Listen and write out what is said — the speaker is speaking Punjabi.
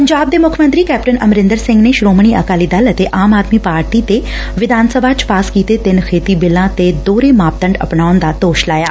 ਪੰਜਾਬ ਦੇ ਮੁੱਖ ਮੰਤਰੀ ਕੈਪਟਨ ਅਮਰੰਦਰ ਸਿੰਘ ਨੇ ਸ੍ਰੋਮਣੀ ਅਕਾਲੀ ਦਲ ਅਤੇ ਆਮ ਆਦਮੀ ਪਾਰਟੀ ਤੇ ਵਿਧਾਨ ਸਭਾ ਚ ਪਾਸ ਕੀਤੇ ਤਿੰਨ ਖੇਡੀ ਬਿੱਲਾ ਤੇ ਦੋਹਰੇ ਮਾਪਦੰਡ ਅਪਣਾਉਣ ਦਾ ਦੋਸ਼ ਲਾਇਆ